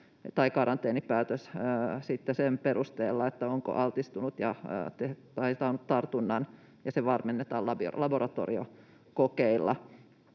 voidaan tehdä vain sen perusteella, onko altistunut tai saanut tartunnan, ja se varmennetaan laboratoriokokeilla.